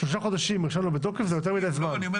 כאשר שלושה חודשים הרישיון לא בתוקף זה יותר מדי זמן.